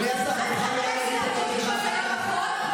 אל תגיד לי שזה לא נכון.